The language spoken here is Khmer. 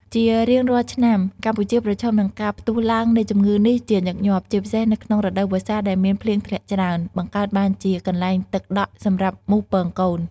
ជារៀងរាល់ឆ្នាំ កម្ពុជាប្រឈមនឹងការផ្ទុះឡើងនៃជំងឺនេះជាញឹកញាប់ ជាពិសេសនៅក្នុងរដូវវស្សា ដែលមានភ្លៀងធ្លាក់ច្រើន បង្កើតបានជាកន្លែងទឹកដក់សម្រាប់មូសពងកូន។